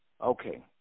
Okay